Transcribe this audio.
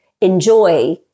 enjoy